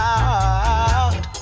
out